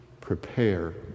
prepare